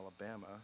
Alabama